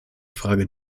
fragen